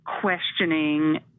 questioning